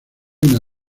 una